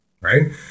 right